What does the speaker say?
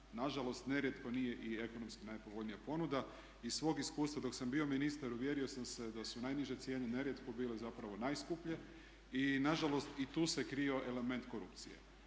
nažalost nerijetko nije i ekonomski najpovoljnija ponuda. Iz svog iskustva dok sam bio ministar uvjerio sam se da su najniže cijene nerijetko bile zapravo najskuplje. I nažalost i tu se krio element korupcije.